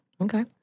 Okay